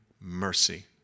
mercy